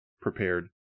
prepared